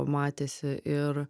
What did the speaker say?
matėsi ir